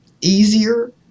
easier